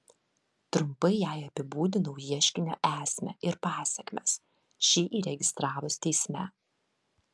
trumpai jai apibūdinau ieškinio esmę ir pasekmes šį įregistravus teisme